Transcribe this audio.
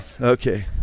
Okay